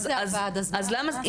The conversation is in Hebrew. אז למה?